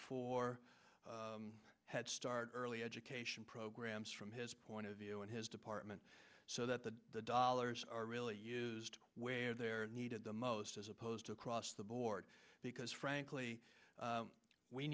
for head start early education programs from his point of view in his department so that the dollars are really used where they're needed the most as opposed to across the board because frankly